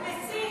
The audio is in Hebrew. אתה מסית.